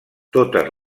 totes